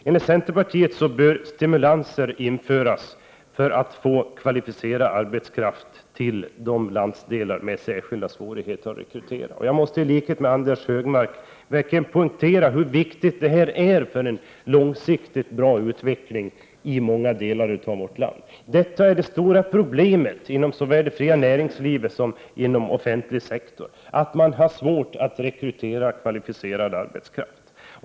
Enligt centerpartiet bör stimulanser införas för att få kvalificerad arbetskraft till de landsdelar som har särskilda rekryteringssvårigheter. Jag måste i likhet med Anders G Högmark verkligen poängtera hur viktigt detta är för en långsiktigt bra utveckling i många delar av vårt land. Det stora problemet inom såväl det fria näringslivet som offentlig sektor är att man har svårt att rekrytera kvalificerad arbetskraft.